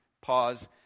pause